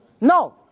No